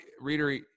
reader